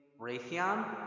Raytheon